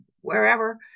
wherever